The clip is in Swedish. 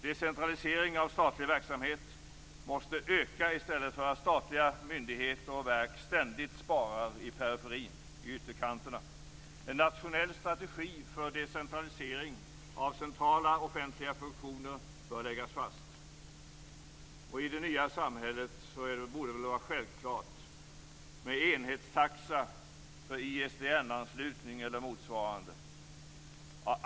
Decentralisering av statlig verksamhet måste öka i stället för att statliga myndigheter och verk ständigt sparar i periferin, i ytterkanterna. En nationell strategi för decentralisering av centrala offentliga funktioner bör läggas fast. I det nya samhället borde det väl också vara självklart med enhetstaxa för ISDN anslutning eller motsvarande.